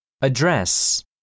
Address